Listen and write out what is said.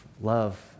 love